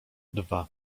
dwa